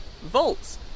volts